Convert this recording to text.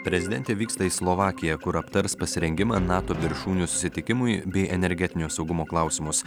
prezidentė vyksta į slovakiją kur aptars pasirengimą nato viršūnių susitikimui bei energetinio saugumo klausimus